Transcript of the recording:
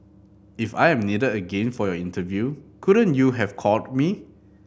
if I am needed again for your interview couldn't you have called me